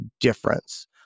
difference